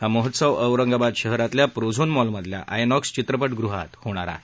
हा महोत्सव औरंगाबाद शहरातल्या प्रोझोन मॉलमधल्या आयनॉक्स चित्रप गृहात होणार आहे